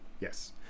Yes